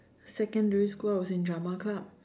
secondary school I was in drama club